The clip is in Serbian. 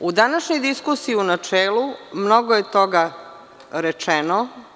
U današnjoj diskusiji u načelu mnogo je toga rečeno.